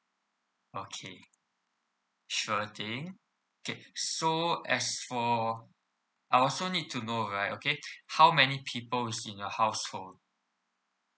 okay sure thing okay so as for I also need to know right okay how many people is in your household